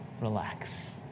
relax